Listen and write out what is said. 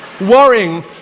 worrying